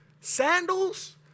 sandals